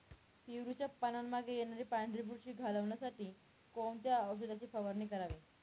पेरूच्या पानांमागे येणारी पांढरी बुरशी घालवण्यासाठी कोणत्या औषधाची फवारणी करावी?